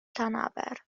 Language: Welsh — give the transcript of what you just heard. llanaber